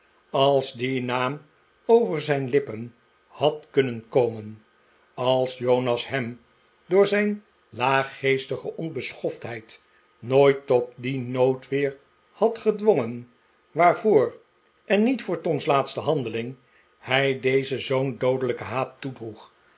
als die haam over zijn lippen had kunnen komen als jonas hem door zijn laaggeestige onbeschoftheid nooit tot die noodweer had gedwongen waarvoor en niet voor tom's laatste handeling hij dezen zoo'n doodelijken haat